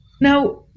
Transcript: now